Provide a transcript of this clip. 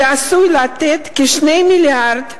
שעשוי לתת כ-2 מיליארד ש"ח,